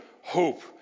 hope